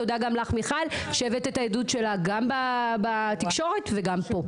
תודה גם לך על כך שהבאת את העדות שלה בתקשורת וגם פה.